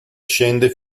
scende